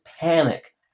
panic